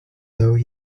though